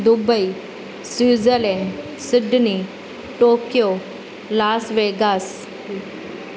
Dubai Switzerland Sydney Tokyo Las वेग्स